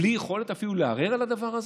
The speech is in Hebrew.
בלי יכולת אפילו לערער על הדבר הזה?